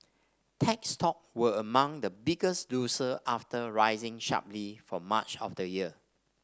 tech stocks were among the biggest losers after rising sharply for much of the year